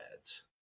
ads